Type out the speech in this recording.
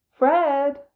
Fred